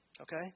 Okay